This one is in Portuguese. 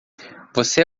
você